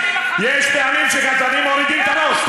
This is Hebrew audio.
יש פעמים שגזענים מורידים את הראש.